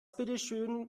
bitteschön